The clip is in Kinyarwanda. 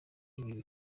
inyuma